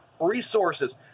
resources